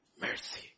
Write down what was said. Mercy